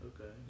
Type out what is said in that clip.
Okay